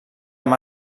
amb